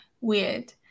weird